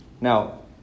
Now